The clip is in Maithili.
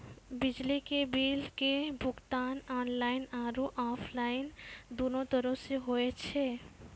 बिजली बिल के भुगतान आनलाइन आरु आफलाइन दुनू तरहो से होय छै